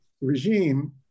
regime